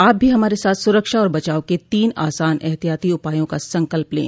आप भी हमारे साथ सुरक्षा और बचाव के तीन आसान एहतियाती उपायों का संकल्प लें